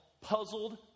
Puzzled